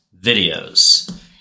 videos